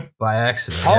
by accident, ah